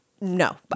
No